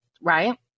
Right